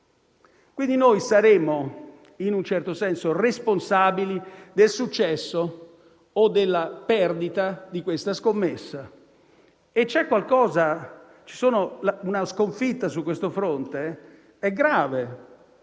Quindi noi saremo in un certo senso responsabili del successo o della perdita di tale scommessa. Una sconfitta su questo fronte è grave,